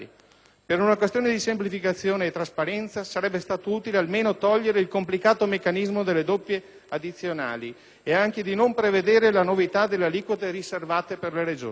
Per una questione di semplificazione e trasparenza sarebbe stato utile almeno togliere il complicato meccanismo delle doppie addizionali a favore dei Comuni, e anche non prevedere la novità delle aliquote riservate per le Regioni.